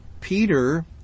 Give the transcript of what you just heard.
Peter